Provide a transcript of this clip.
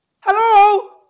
Hello